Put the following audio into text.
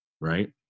Right